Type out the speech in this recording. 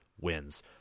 wins